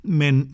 men